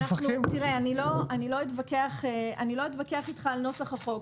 אני לא אתווכח איתך על נוסח החוק.